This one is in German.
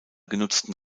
genutzten